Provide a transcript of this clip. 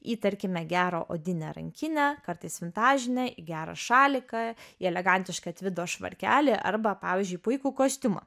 į tarkime gerą odinę rankinę kartais vintažinę į gerą šaliką į elegantišką tvido švarkelį arba pavyzdžiui puikų kostiumą